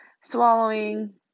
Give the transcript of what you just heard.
swallowing